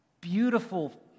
beautiful